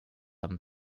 amb